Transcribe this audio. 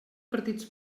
partits